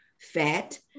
fat